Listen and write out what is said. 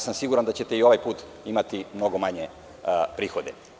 Siguran sam da ćetei ovaj put imati mnogo manje prihode.